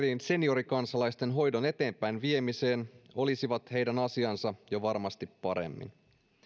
seniorikansalaisten hoidon eteenpäin viemiseen olisivat heidän asiansa jo varmasti paremmin